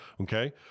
Okay